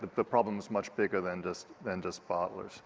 the problem is much bigger than just than just bottlers